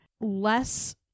less